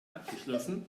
abgeschlossen